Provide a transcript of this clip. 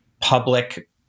public